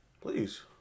Please